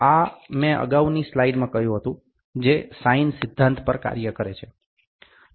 આ મેં અગાઉની સ્લાઇડમાં કહ્યું હતું જે સાઈન સિદ્ધાંત પર કાર્ય કરે છે